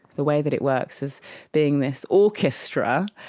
the way that it works as being this orchestra,